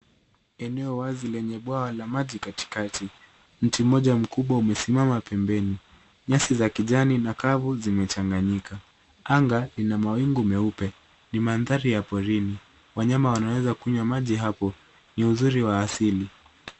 Eneo wazi lenye bwawa la maji katikati. Mti mmoja mkubwa umesimama pembeni. Nyasi za kijani na kavu zimechanganyika. Anga lina mawingu meupe. Ni mandhari ya porini. Wanyama wanaweza kunywa maji hapo. Ni uzuri wa asili.